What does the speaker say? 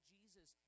Jesus